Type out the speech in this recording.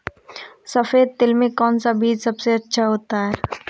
सफेद तिल में कौन सा बीज सबसे अच्छा होता है?